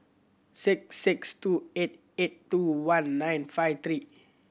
six six two eight eight two one nine five three